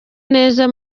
neza